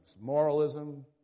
Moralism